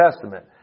Testament